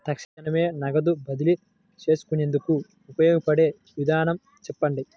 తక్షణమే నగదు బదిలీ చేసుకునేందుకు ఉపయోగపడే విధానము చెప్పండి?